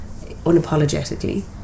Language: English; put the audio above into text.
unapologetically